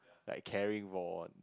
like carrying more